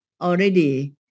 already